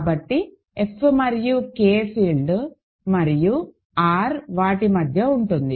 కాబట్టి F మరియు K field మరియు R వాటి మధ్య ఉంటుంది